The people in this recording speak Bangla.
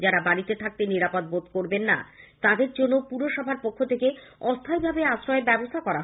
যারা বাড়িতে থাকতে নিরাপদ বোধ করবেন না তাদের জন্য পুরসভার পক্ষ থেকে অস্থায়ীভাবে আশ্রয়েরও ব্যবস্থা করা হয়েছে